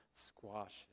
squash